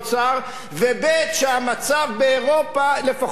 שהמצב באירופה לפחות יישאר כמו היום,